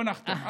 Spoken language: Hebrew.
בוא נחתום.